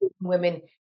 women